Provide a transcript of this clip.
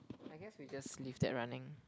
I guess we just leave that running